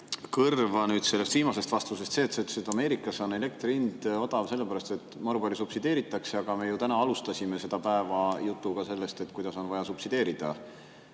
kõrva viimasest vastusest see: sa ütlesid, et Ameerikas on elektri hind odav sellepärast, et maru palju subsideeritakse. Aga me ju täna alustasime seda päeva jutuga sellest, kuidas on vaja subsideerida